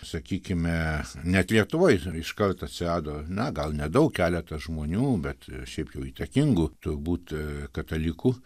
sakykime net lietuvoj iškart atsirado na gal nedaug keletą žmonių bet šiaip jau įtakingų turbūt katalikų